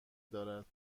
دارد